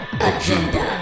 Agenda